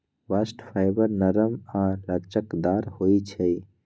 bast fibre नरम आऽ लचकदार होइ छइ